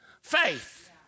faith